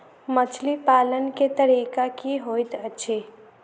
मछली पालन केँ तरीका की होइत अछि?